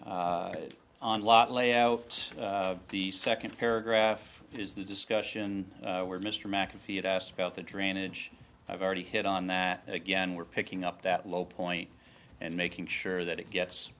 area on lot layouts the second paragraph is the discussion where mr mcafee had asked about the drainage i've already hit on that again we're picking up that low point and making sure that it gets